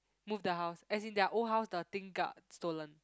move the house as in their old house the thing got stolen